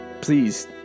please